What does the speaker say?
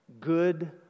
good